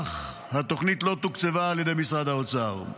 אך התוכנית לא תוקצבה על ידי משרד האוצר.